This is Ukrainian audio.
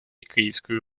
київської